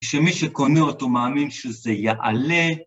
‫שמי שקונה אותו מאמין שזה יעלה.